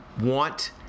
want